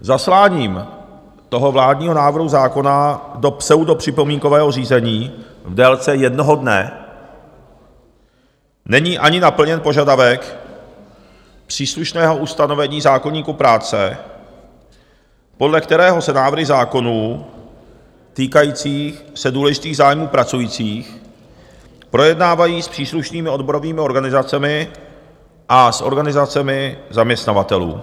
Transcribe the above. Zasláním vládního návrhu zákona do pseudopřipomínkového řízení v délce jednoho dne není ani naplněn požadavek příslušného ustanovení zákoníku práce, podle kterého se návrhy zákonů týkající se důležitých zájmů pracujících projednávají s příslušnými odborovými organizacemi a s organizacemi zaměstnavatelů.